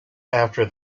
after